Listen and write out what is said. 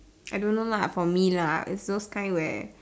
I don't know lah for me lah it's those kind where